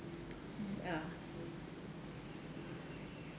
ya